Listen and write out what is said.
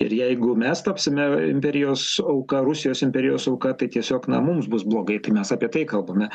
ir jeigu mes tapsime imperijos auka rusijos imperijos auka tai tiesiog na mums bus blogai tai mes apie tai kalbame